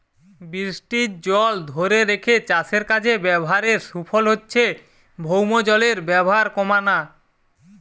বৃষ্টির জল ধোরে রেখে চাষের কাজে ব্যাভারের সুফল হচ্ছে ভৌমজলের ব্যাভার কোমানা